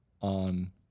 on